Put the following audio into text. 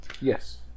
Yes